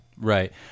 right